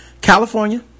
California